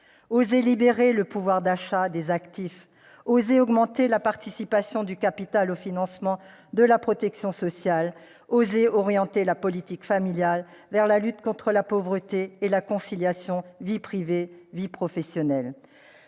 oser libérer le pouvoir d'achat des actifs, oser augmenter la participation du capital au financement de la protection sociale, oser orienter la politique familiale vers la lutte contre la pauvreté et vers la conciliation entre vie privée et vie professionnelle.